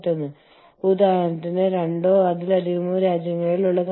ആഗോളതലത്തിൽ ഇതിന് വ്യാപ്തി കുറവാണ്